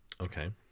Okay